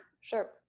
Sure